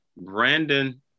Brandon